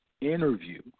interview